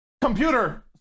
Computer